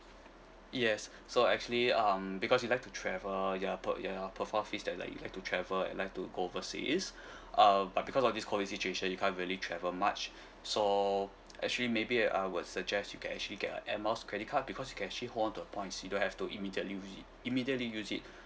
yes so actually um because you like to travel your pro~ your profile pics that like you like to travel you like to go overseas uh but because of this COVID situation you can't really travel much so actually maybe I will suggest you can actually get a Air Miles credit card because you can actually hold on the points you don't have to immediately use it immediately use it